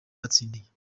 batsindiye